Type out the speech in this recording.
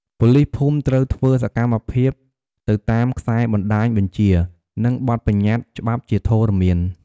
ប៉ូលីសភូមិត្រូវធ្វើសកម្មភាពទៅតាមខ្សែបណ្តាញបញ្ជា និងបទប្បញ្ញត្តិច្បាប់ជាធរមាន។